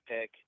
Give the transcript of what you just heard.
pick